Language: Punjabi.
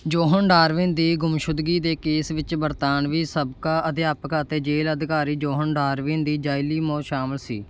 ਜੌਹਨ ਡਾਰਵਿਨ ਦੀ ਗੁੰਮਸ਼ੁਦਗੀ ਦੇ ਕੇਸ ਵਿੱਚ ਬਰਤਾਨਵੀ ਸਾਬਕਾ ਅਧਿਆਪਕ ਅਤੇ ਜੇਲ੍ਹ ਅਧਿਕਾਰੀ ਜੌਹਨ ਡਾਰਵਿਨ ਦੀ ਜਾਅਲੀ ਮੌਤ ਸ਼ਾਮਲ ਸੀ